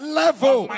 level